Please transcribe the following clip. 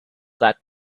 that